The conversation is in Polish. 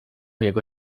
jego